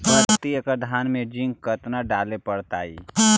प्रती एकड़ धान मे जिंक कतना डाले पड़ताई?